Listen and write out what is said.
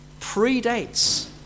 predates